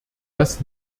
das